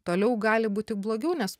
toliau gali būt tik blogiau nes